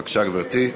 בבקשה, גברתי.